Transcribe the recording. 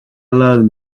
alone